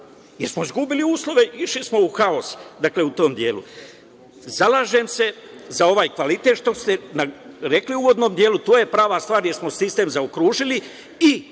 smo izgubili uslove, išli smo u haos, dakle, u tom delu. Zalažem se za ovaj kvalitet, što ste rekli u uvodnom delu, to je prava stvar, jer smo sistem zaokružili i